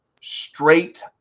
straight